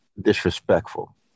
disrespectful